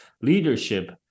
leadership